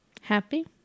happy